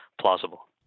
plausible